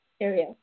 area